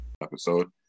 episode